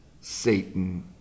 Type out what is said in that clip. Satan